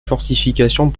fortifications